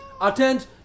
attend